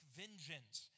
vengeance